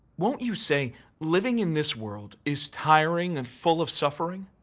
won't you say living in this world is tiring and full of suffering?